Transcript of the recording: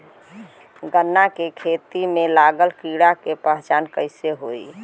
गन्ना के खेती में लागल कीड़ा के पहचान कैसे होयी?